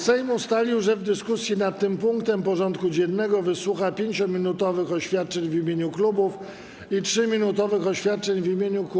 Sejm ustalił, że w dyskusji nad tym punktem porządku dziennego wysłucha 5-minutowych oświadczeń w imieniu klubów i 3-minutowych oświadczeń w imieniu kół.